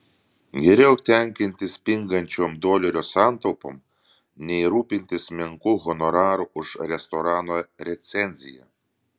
geriau tenkintis pingančiom dolerių santaupom nei rūpintis menku honoraru už restorano recenziją